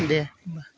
दे होनबा